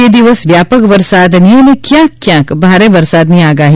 બે દિવસ વ્યાપક વરસાદની અને કયાંક કયાંક ભારે વરસાદની આગાહી